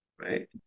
Right